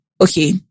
okay